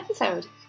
episode